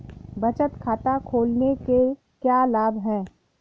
बचत खाता खोलने के क्या लाभ हैं?